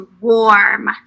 warm